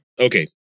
okay